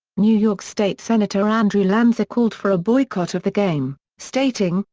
new york state senator andrew lanza called for a boycott of the game, stating,